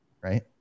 Right